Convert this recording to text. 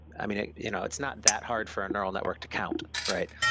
i mean, you know it's not that hard for a neural network to count, right?